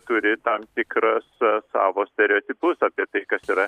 turi tam tikras savo stereotipus apie tai kas yra